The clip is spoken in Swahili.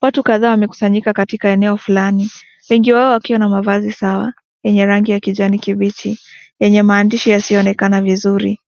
Watu kadhaa wamekusanyika katika eneo fulani. Wengi wao wakiwa na mavazi sawa yenye rangi ya kijani kibichi yenye maandishi yasiyonekana vizuri.